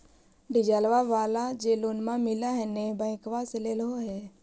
डिजलवा वाला जे लोनवा मिल है नै बैंकवा से लेलहो हे?